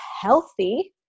healthy